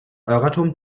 euratom